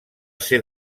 ser